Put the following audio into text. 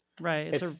Right